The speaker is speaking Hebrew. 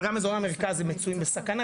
אבל גם אזורי המרכז מצויים בסכנה,